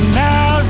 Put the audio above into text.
now